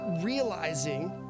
realizing